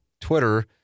Twitter